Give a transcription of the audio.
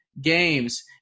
games